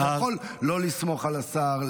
אתה יכול לא לסמוך על השר,